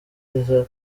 ibiza